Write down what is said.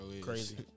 crazy